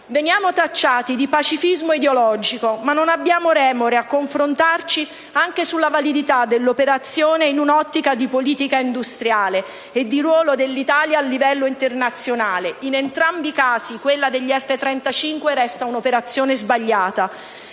Veniamo tacciati di pacifismo ideologico, ma non abbiamo remore a confrontarci anche sulla validità dell'operazione in un'ottica di politica industriale e di ruolo dell'Italia a livello internazionale: in entrambi i casi, quella degli F-35 resta un'operazione sbagliata.